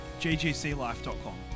ggclife.com